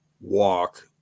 walk